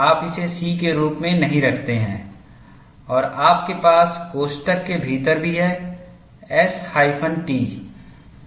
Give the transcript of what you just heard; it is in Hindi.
आप इसे C के रूप में नहीं रखते हैं और आपके पास कोष्ठक के भीतर भी है S हाइफन T